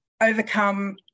overcome